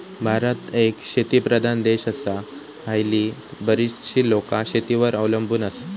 भारत एक शेतीप्रधान देश आसा, हयली बरीचशी लोकां शेतीवर अवलंबून आसत